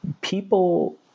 people